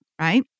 right